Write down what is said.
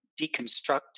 deconstruct